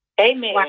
amen